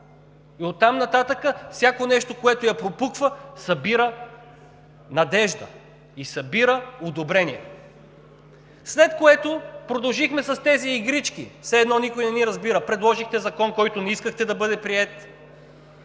И оттам нататък всяко нещо, което я пропуква, събира надежда и събира одобрение. След това продължихме с тези игрички, все едно никой не ни разбира. Предложихте закон, който не искахте да бъде приет.